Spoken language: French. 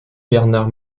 bernard